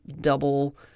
double